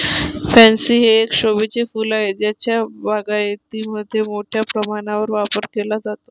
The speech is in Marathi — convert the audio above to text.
पॅन्सी हे एक शोभेचे फूल आहे ज्याचा बागायतीमध्ये मोठ्या प्रमाणावर वापर केला जातो